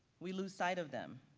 we lose sight of them.